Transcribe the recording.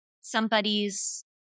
somebody's